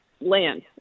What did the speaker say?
land